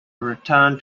return